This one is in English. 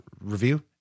review